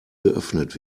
geöffnet